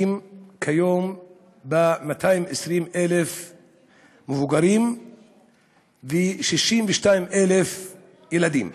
כיום ב-220,000 מבוגרים ו-62,000 ילדים.